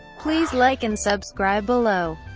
please like and subscribe below.